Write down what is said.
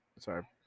Sorry